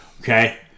Okay